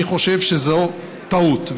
אני חושב שזו טעות.